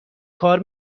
کار